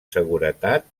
seguretat